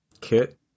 kit